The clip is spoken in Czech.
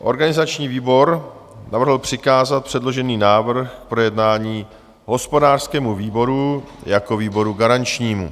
Organizační výbor navrhl přikázat předložený návrh k projednání hospodářskému výboru jako výboru garančnímu.